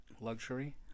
luxury